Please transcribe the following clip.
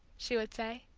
she would say,